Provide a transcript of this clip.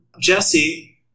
jesse